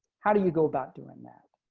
how do you go about doing that.